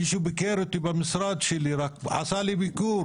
מישהו שרק ביקר אותי במשרד קיבל איום